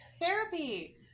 therapy